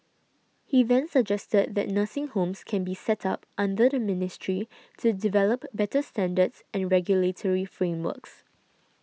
he then suggested that nursing homes can be set up under the ministry to develop better standards and regulatory frameworks